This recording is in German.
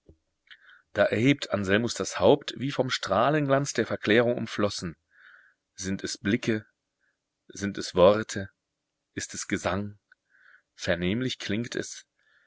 da erhebt anselmus das haupt wie vom strahlenglanz der verklärung umflossen sind es blicke sind es worte ist es gesang vernehmlich klingt es